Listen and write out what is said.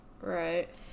Right